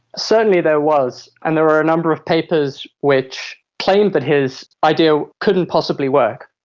certainly there was, and there were a number of papers which claimed that his idea couldn't possibly work.